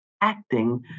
Acting